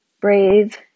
brave